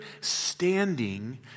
standing